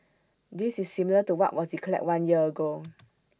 this is similar to what was declared one year ago